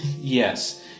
Yes